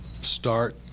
start